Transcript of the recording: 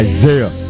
Isaiah